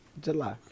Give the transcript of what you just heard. July